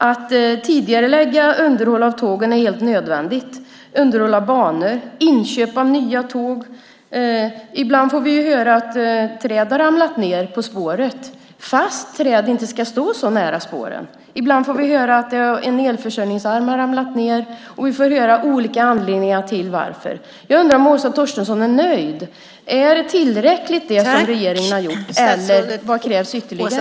Att tidigarelägga underhåll av tåg och banor och inköp av nya tåg är helt nödvändigt. Ibland får vi höra att träd har ramlat ned på spåret, fast träd inte ska stå så nära spåren. Ibland får vi höra att en elförsörjningsarm har ramlat ned. Vi får höra olika anledningar. Jag undrar om Åsa Torstensson är nöjd. Är det som regeringen har gjort tillräckligt, eller vad krävs ytterligare?